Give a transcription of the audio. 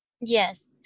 Yes